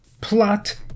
plot